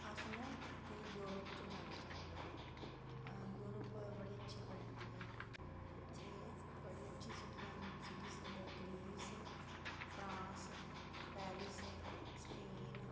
अस नां उत्थें यूरोप च जाना चाह्न्ने आं यूरोप बड़ी अच्छी कंट्री ऐ उत्थें बड़ी अच्छी सीटियां सीटिज न मतलब ग्रीस फ्रांस पैरिस स्पेन